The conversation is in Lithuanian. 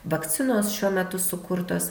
vakcinos šiuo metu sukurtos